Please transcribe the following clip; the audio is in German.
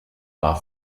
war